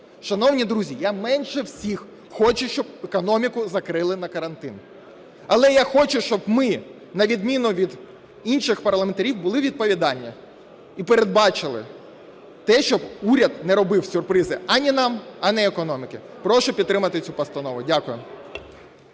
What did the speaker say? Шановні друзі, я менше всіх хочу, щоб економіку закрили на карантин. Але я хочу, щоб ми, на відміну від інших парламентарів, були відповідальними і передбачили те, щоб уряд не робив сюрпризи ані нам, ані економіці. Прошу підтримати цю постанову. Дякую.